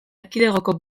erkidegoko